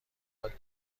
داد